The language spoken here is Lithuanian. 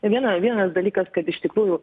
viena vienas dalykas kad iš tikrųjų